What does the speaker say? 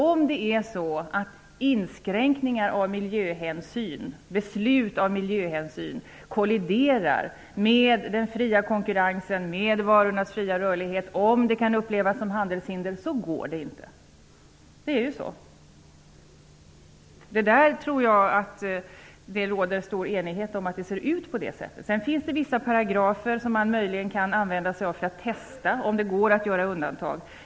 Om inskränkningar på grund av miljöhänsyn och beslut på grund av miljöhänsyn kolliderar med den fria konkurrensen, med varornas fria rörlighet, och om detta kan upplevas som handelshinder, så går det inte. Det är ju så. Jag tror att det råder stor enighet om att det ser ut på det sättet. Det finns vissa paragrafer som man möjligen kan använda för att testa om det går att göra undantag.